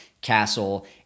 Castle